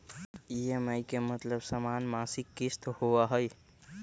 EMI के मतलब समान मासिक किस्त होहई?